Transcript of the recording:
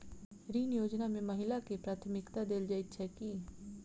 ऋण योजना मे महिलाकेँ प्राथमिकता देल जाइत छैक की?